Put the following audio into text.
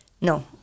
No